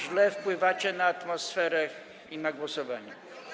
Źle wpływacie na atmosferę i na głosowania.